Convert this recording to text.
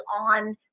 on